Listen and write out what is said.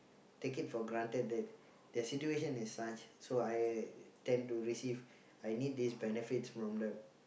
take it for granted that take their situation is such so I tend to receive I need this benefits from the